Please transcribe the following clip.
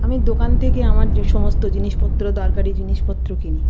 আমি দোকান থেকে আমার যে সমস্ত জিনিসপত্র দরকারি জিনিসপত্র কিনি